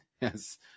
Yes